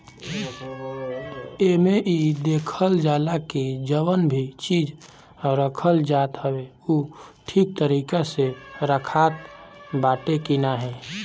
एमे इ देखल जाला की जवन भी चीज रखल जात हवे उ ठीक तरीका से रखात बाटे की नाही